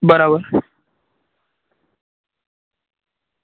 બરાબર